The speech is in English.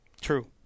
True